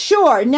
Sure